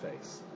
face